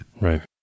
right